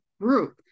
group